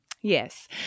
Yes